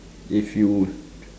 if you dr~